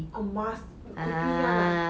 oh must quickly [one] ah